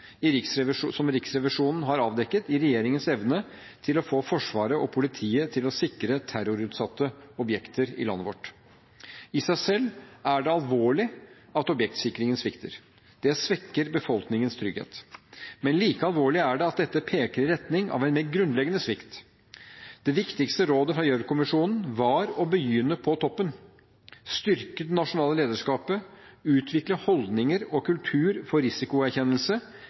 som Riksrevisjonen har avdekket i regjeringens evne til å få Forsvaret og politiet til å sikre terrorutsatte objekter i landet vårt. I seg selv er det alvorlig at objektsikringen svikter. Det svekker befolkningens trygghet. Men like alvorlig er det at dette peker i retning av en mer grunnleggende svikt. Det viktigste rådet fra Gjørv-kommisjonen var å begynne på toppen, styrke det nasjonale lederskapet, utvikle holdninger og kultur for risikoerkjennelse,